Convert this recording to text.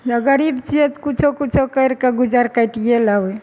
गरीब छियै तऽ किछो किछो कैरि कऽ गुजर काटिये लेबै